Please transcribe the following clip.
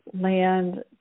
land